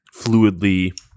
fluidly